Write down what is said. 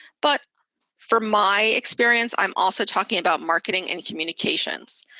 but for my experience, i'm also talking about marketing and communications.